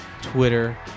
Twitter